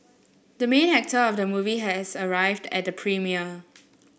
the main actor of the movie has arrived at the premiere